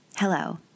Hello